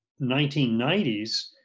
1990s